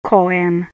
Cohen